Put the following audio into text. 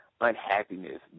unhappiness